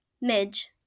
Midge